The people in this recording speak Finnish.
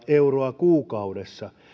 euroa kuukaudessa